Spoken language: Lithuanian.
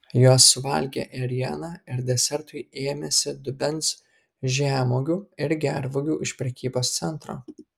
jos suvalgė ėrieną ir desertui ėmėsi dubens žemuogių ir gervuogių iš prekybos centro